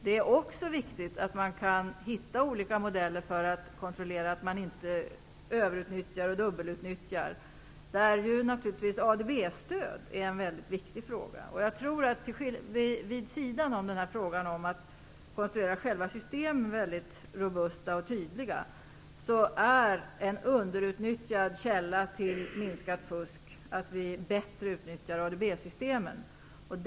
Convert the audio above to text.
Det är också viktigt att man kan hitta olika modeller för att kontrollera att systemen inte överutnyttjas och dubbelutnyttjas. Här är naturligtvis ADB-stöd en väldigt viktig fråga. Vid sidan om konstruerandet av själva systemen så att de blir väldigt robusta och tydliga är ett bättre utnyttjande av ADB-systemen en underutnyttjad källa till minskat fusk.